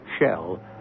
shell